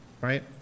Right